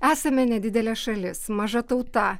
esame nedidelė šalis maža tauta